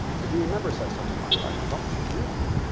but you remember cecil the lion, right? it was almost two years ago.